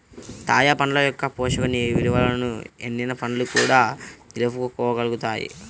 తాజా పండ్ల యొక్క పోషక విలువలను ఎండిన పండ్లు కూడా నిలుపుకోగలుగుతాయి